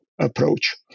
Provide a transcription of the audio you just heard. approach